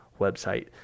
website